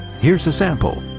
here's a sample.